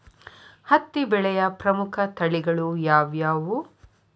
ಹತ್ತಿ ಬೆಳೆಯ ಪ್ರಮುಖ ತಳಿಗಳು ಯಾವ್ಯಾವು?